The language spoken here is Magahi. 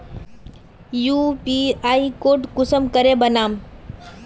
यु.पी.आई कोड कुंसम करे बनाम?